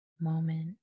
moment